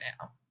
now